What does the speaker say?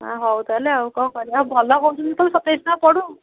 ଆ ହଉ ତାହେଲେ ଆଉ ତାହାଲେ କଣ କରିବା ଏ ଭଲ କରୁଛନ୍ତି ତ ସତେଇଶ ଟଙ୍କା ପଡ଼ୁ